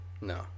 No